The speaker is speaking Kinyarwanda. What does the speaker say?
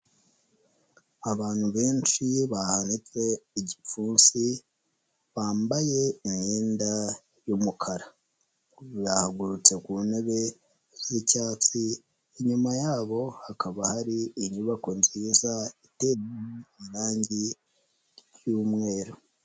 Abantu benshi bahanitse igipfunsi, bambaye imyenda y'umukara, bahagurutse ku ntebe z'icyatsi, inyuma yabo hakaba hari inyubako nziza iteye irangi ry'umweru.